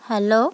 hello